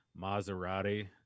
Maserati